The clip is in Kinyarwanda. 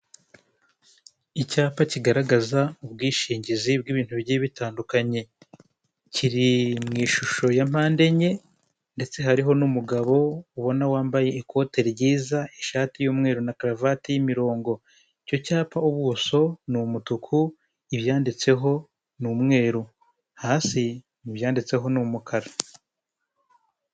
Icyapa kigaragaza ubwishingizi bw'ibintu bigiye bitandukanye, kiri mu ishusho ya mpande enye ndetse hariho n'umugabo ubona wambaye ikote ryiza, ishati y'umweru na karuvati yimirongo icyo cyapa ubuso ni umutuku, ibyanditseho ni umweru, hasi mu byanditseho n umukara.